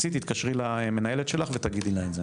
צאי תתקשרי למנהלת שלך ותגידי לה את זה